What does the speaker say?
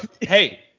Hey